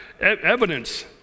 evidence